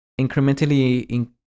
incrementally